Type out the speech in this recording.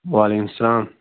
وعلیکُم سَلام